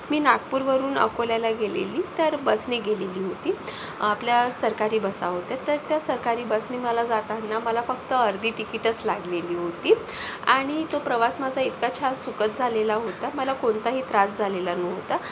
मी नागपूरवरून अकोल्याला गेलेली तर बसने गेलेली होती आपल्या सरकारी बसा होत्या तर त्या सरकारी बसने मला जाताना मला फक्त अर्धी तिकीटच लागलेली होती आणि तो प्रवास माझा इतका छान सुखद झालेला होता मला कोणताही त्रास झालेला नव्हता